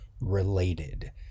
related